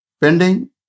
pending